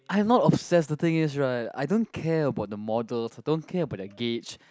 I'm not obsess the thing is right I don't care about the models I don't care about that gauge